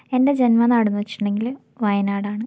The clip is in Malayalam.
എൻ്റെ ജന്മനാടെന്നു വച്ചിട്ടുണ്ടെങ്കിൽ വയനാടാണ്